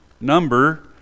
number